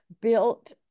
built